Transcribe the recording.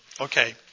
okay